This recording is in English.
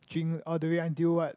drink all the way until what